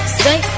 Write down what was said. say